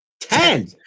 Ten